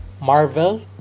Marvel